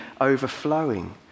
overflowing